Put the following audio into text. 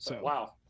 Wow